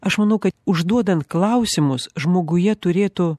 aš manau kad užduodant klausimus žmoguje turėtų